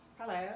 hello